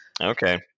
Okay